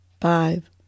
five